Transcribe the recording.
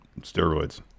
steroids